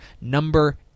number